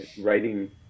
writing